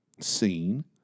scene